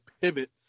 pivot